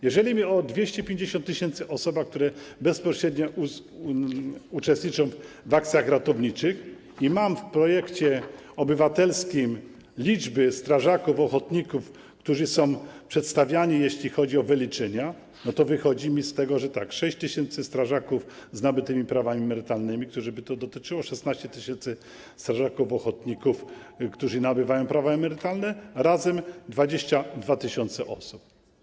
Jeżeli mówimy o 250 tys. osób, które bezpośrednio uczestniczą w akcjach ratowniczych, i mam w projekcie obywatelskim liczby strażaków ochotników, którzy są przedstawiani, jeśli chodzi o wyliczenia, to wychodzi mi z tego, że tak: 6 tys. strażaków z nabytymi prawami emerytalnymi, których by to dotyczyło, 16 tys. strażaków ochotników, którzy nabywają prawa emerytalne, to razem 22 tys. osób.